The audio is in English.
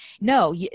no